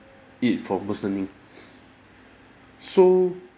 it from worsening so